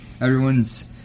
everyone's